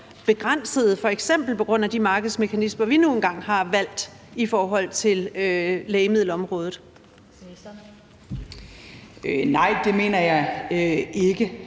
begrænset, f.eks. på grund af de markedsmekanismer, vi nu engang har valgt i forhold til lægemiddelområdet? Kl. 12:51 Den fg.